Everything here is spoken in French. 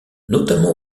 notamment